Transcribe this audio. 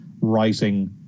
writing